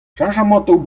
cheñchamantoù